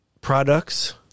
products